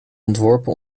ontworpen